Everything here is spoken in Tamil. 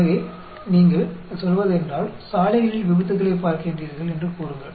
எனவே நீங்கள் சொல்வதென்றால் சாலைகளில் விபத்துக்களைப் பார்க்கின்றீர்கள் என்று கூறுங்கள்